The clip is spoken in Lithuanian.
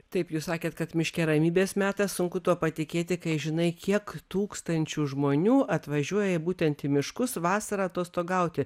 taip jūs sakėt kad miške ramybės metas sunku tuo patikėti kai žinai kiek tūkstančių žmonių atvažiuoja būtent į miškus vasarą atostogauti